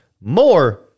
more